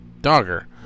Dogger